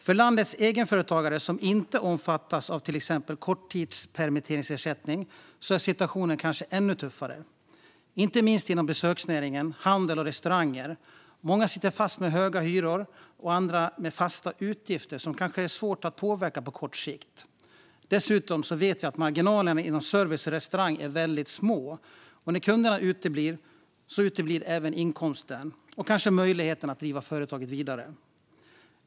För landets egenföretagare som inte omfattas av till exempel korttidspermitteringsersättningen är situationen kanske ännu tuffare, inte minst inom besöksnäringen, handel och restauranger. Många sitter fast med höga hyror och andra fasta utgifter som kanske är svåra att påverka på kort sikt. Dessutom vet vi att marginalerna inom service och restaurang är väldigt små, och när kunderna uteblir uteblir även inkomsten och kanske möjligheten att driva företaget vidare.